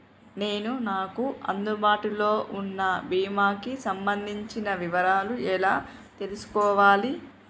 నేను నాకు అందుబాటులో ఉన్న బీమా కి సంబంధించిన వివరాలు ఎలా తెలుసుకోవాలి?